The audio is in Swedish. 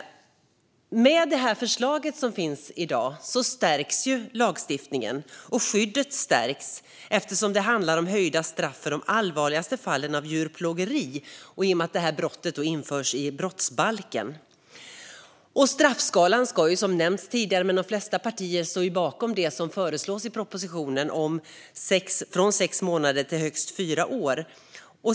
Med det förslag som finns i dag stärks lagstiftningen och skyddet, eftersom det handlar om höjda straff för de allvarligaste fallen av djurplågeri och i och med att det här brottet införs i brottsbalken. Straffskalan ska ändras, som nämnts tidigare, och de flesta partier står bakom det som föreslås i propositionen om fängelsestraff från som lägst sex månader till som högst fyra år.